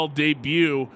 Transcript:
debut